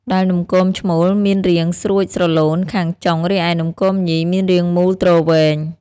ដែលនំគមឈ្មោល មានរាងស្រួចស្រឡូនខាងចុង រីឯនំគមញី មានរាងមូលទ្រវែង។